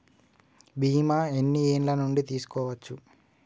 బీమా ఎన్ని ఏండ్ల నుండి తీసుకోవచ్చు?